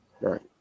Right